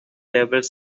labeled